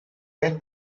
when